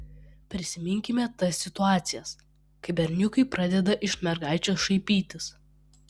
prisiminkime tas situacijas kai berniukai pradeda iš mergaičių šaipytis